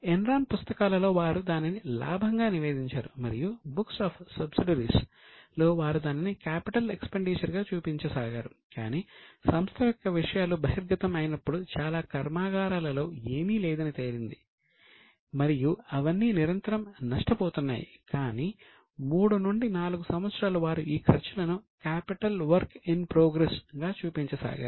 Enron పుస్తకాలలో వారు దానిని లాభంగా నివేదించారు మరియు బుక్స్ ఆఫ్ సబ్సిడరీస్ గా చూపించసాగారు